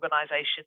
organisation